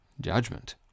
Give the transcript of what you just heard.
judgment